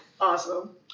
awesome